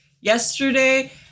Yesterday